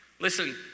Listen